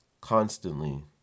constantly